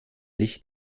licht